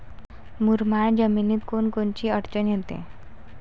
मुरमाड जमीनीत कोनकोनची अडचन येते?